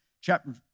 chapter